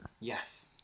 Yes